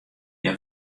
hja